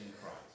Christ